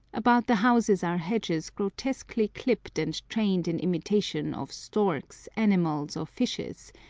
about the houses are hedges grotesquely clipped and trained in imitation of storks, animals, or fishes,